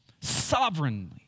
Sovereignly